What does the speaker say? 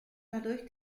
dadurch